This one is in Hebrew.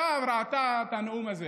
ראתה את הנאום הזה